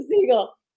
seagull